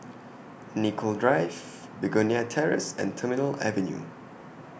Nicoll Drive Begonia Terrace and Terminal Avenue